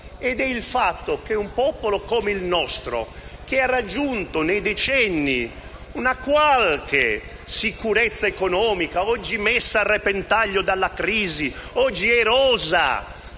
ed è il fatto che un popolo come il nostro, che ha raggiunto nei decenni una qualche sicurezza economica, oggi messa a repentaglio dalla crisi ed erosa